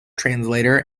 translator